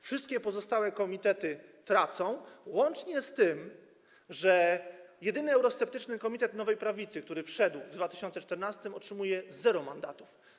Wszystkie pozostałe komitety tracą, łącznie z tym, że jedyny eurosceptyczny komitet Nowej Prawicy, który wszedł w 2014 r., otrzymuje 0 mandatów.